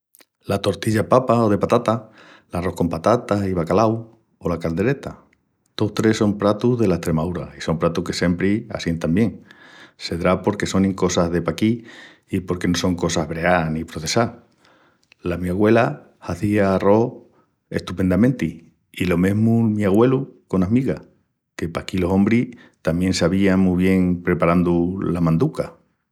La tortilla de patatas, l'arrós con patatas i bacalau o la caldereta. Tous tres son pratus dela Estremaúra i son pratus que siempri assientan bien. Sedrá porque sonin cosas de paquí i porque no son cosas breás ni processás. La mi agüela hazía l'arrós estupendamenti i lo mesmu'l mi agüelu conas migas, que paquí los ombris tamién s'avían mu bien preparandu la manduca.